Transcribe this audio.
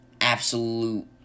absolute